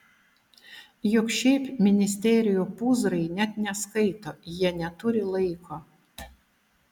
juk šiaip ministerijų pūzrai net neskaito jie neturi laiko